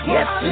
Yes